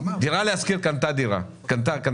דירה להשכיר קנתה פרויקט.